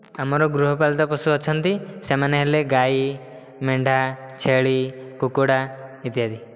ଆମର ଗୃହପାଳିତ ପଶୁ ଅଛନ୍ତି ସେମାନେ ହେଲେ ଗାଈ ମେଣ୍ଢା ଛେଳି କୁକୁଡ଼ା ଇତ୍ୟାଦି